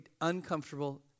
uncomfortable